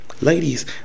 ladies